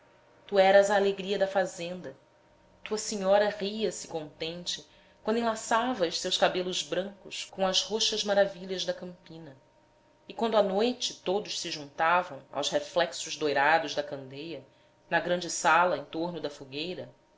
tu eras a alegria da fazenda tua senhora ria-se contente quando enlaçavas seus cabelos brancos co'as roxas maravilhas da campina e quando à noite todos se juntavam aos reflexos doirados da candeia na grande sala em torno da fogueira